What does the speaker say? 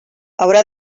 haurà